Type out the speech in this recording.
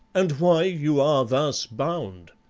and why you are thus bound.